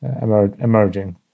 emerging